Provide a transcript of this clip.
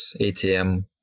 atm